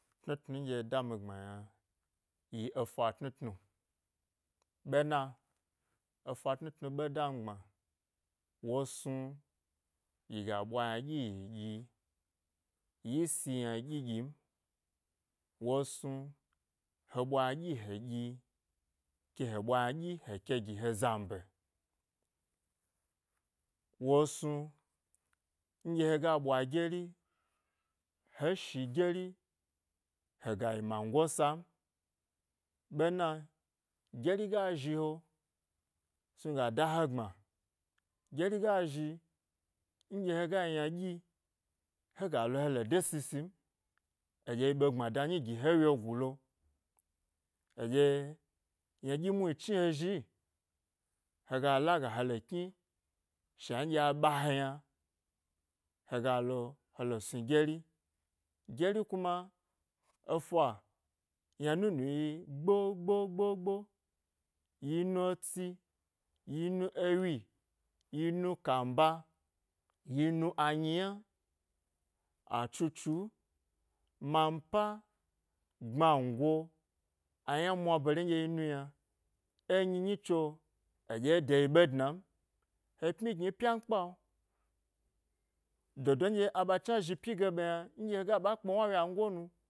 Tnutnu nɗye dami gbma yna, yi efa tnutnu, wo snu, yiga ɓwa ynaɗyi yi ɗyi, yi si ynaɗyi ɗyim wo snu he ɓwa ynadyi he zhi ke heɓwa ynaɗyi he ke gi he zambe. Wo snu nɗye hega ɓwa gyeri he shi gyeri hega yi mango sam, ɓena, gyeri ga zhi he snu ga da he gbma gyeri ga zhi nɗye hega yi ynaɗyi hega, lo helo de sisi m eɗye yi ɓe gbmada nyi gi he e wyegu lo eɗye ynaɗyi muhni chni he zhi hega laga hele kni shna nɗye a ɓa ye he, yna hega lo helo snu gyeri, gyeri kima efa yna nunu yi gbogbo gbo gbo, yi nu etsi yi nu ewyi, yi nu kami ba yi nu anyi yna atsu tsu, manpa gbmango, ayna mwa bare nɗye yi nu yna enyi nyi tso, eɗye deyi ɓe dna n, he pmyi gni pyamkpa dodo nɗye ɓa chna zhi pyi ge ɓe yna nɗye he ga ɓa kpma wyango nu.